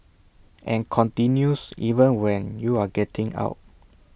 and continues even when you're getting out